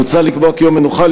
מוצע לקבוע כי יום מנוחה,